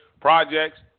projects